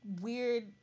weird